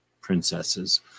princesses